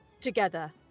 together